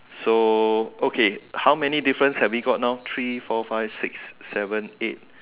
so okay how many difference we have got now three four five six seven eight